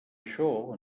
això